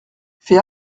fais